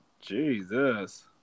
Jesus